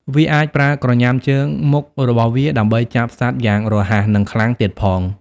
វាអាចប្រើក្រញាំជើងមុខរបស់វា ដើម្បីចាប់សត្វយ៉ាងរហ័ស និងខ្លាំងទៀតផង។